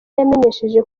yamenyesheje